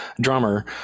drummer